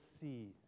see